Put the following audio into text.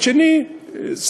ואיך באמת עושים את זה בפועל.